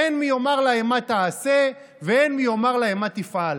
אין מי יאמר להם מה תעשה ואין מי יאמר להם מה תפעל.